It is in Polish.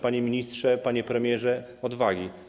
Panie ministrze, panie premierze, odwagi.